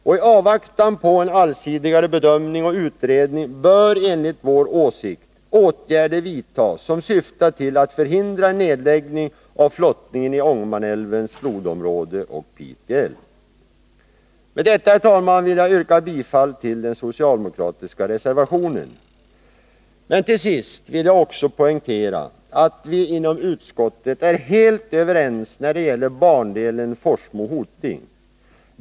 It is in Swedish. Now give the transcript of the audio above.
Och i avvaktan på en allsidigare bedömning och utredning bör enligt vår åsikt åtgärder vidtas som syftar till att förhindra en nedläggning av flottningen i Ångermanälvens flodområde och Pite älv. Med detta, herr talman, vill jag yrka bifall till den socialdemokratiska reservationen. Till sist vill jag också poängtera att vi inom utskottet är helt överens när det gäller bandelen Forsmo-Hoting.